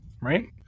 right